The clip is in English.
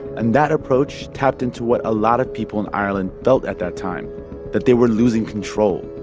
and that approach tapped into what a lot of people in ireland felt at that time that they were losing control.